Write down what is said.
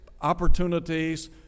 opportunities